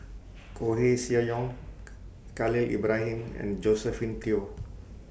Koeh Sia Yong Khalil Ibrahim and Josephine Teo